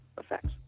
effects